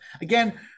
Again